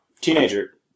teenager